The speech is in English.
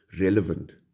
relevant